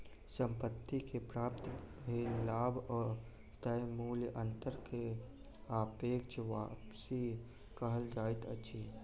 संपत्ति से प्राप्त भेल लाभ आ तय मूल्यक अंतर के सापेक्ष वापसी कहल जाइत अछि